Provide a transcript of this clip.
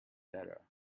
better